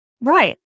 right